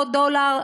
לא דולר,